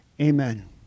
Amen